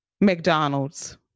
McDonald's